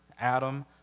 Adam